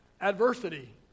Adversity